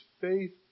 faith